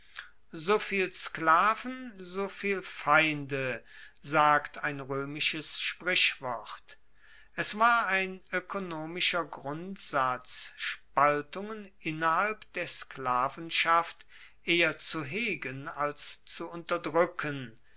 soviel sklaven soviel feinde sagt ein roemisches sprichwort es war ein oekonomischer grundsatz spaltungen innerhalb der sklavenschaft eher zu hegen als zu unterdruecken